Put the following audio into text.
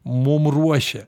mum ruošia